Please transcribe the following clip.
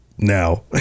now